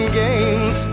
games